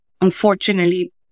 unfortunately